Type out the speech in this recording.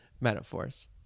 Metaphors